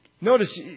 Notice